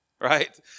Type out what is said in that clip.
right